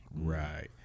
Right